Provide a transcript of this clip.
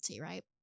right